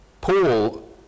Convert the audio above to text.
Paul